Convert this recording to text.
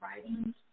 writing